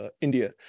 India